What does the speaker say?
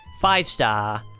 five-star